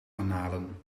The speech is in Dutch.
garnalen